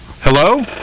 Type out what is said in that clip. Hello